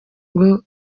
ngo